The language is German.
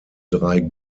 drei